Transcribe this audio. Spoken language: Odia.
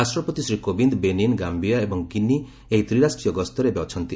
ରାଷ୍ଟ୍ରପତି ଶ୍ରୀ କୋବିନ୍ଦ ବେନିନ୍ ଗାମ୍ପିୟା ଏବଂ ଗିନି ଏହି ତ୍ରିରାଷ୍ଟ୍ରୀୟ ଗସ୍ତରେ ଏବେ ଅଛନ୍ତି